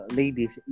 ladies